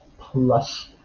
plus